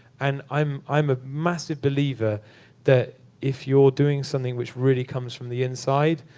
and i'm i'm a massive believer that if you're doing something which really comes from the inside,